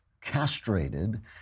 castrated